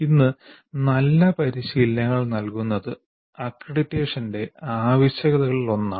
ഇന്ന് നല്ല പരിശീലനങ്ങൾ നൽകുന്നത് അക്രഡിറ്റേഷന്റെ ആവശ്യകതകളിലൊന്നാണ്